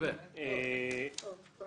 צר